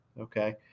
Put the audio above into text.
okay